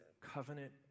covenant